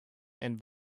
and